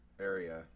area